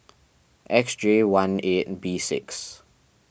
X J one eight B six